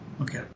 Okay